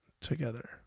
together